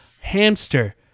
Hamster